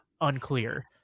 unclear